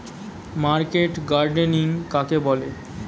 Market gardening কাকে বলে?